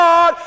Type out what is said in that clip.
God